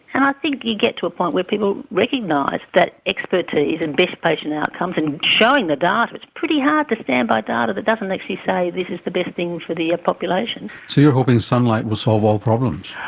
and i think you get to a point where people recognise that expertise and best patient outcomes and showing the data, it's pretty hard to to stand by data that doesn't like actually say this is the best thing for the population. so you're hoping sunlight will solve all problems.